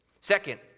Second